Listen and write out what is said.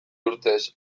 urtez